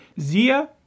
zia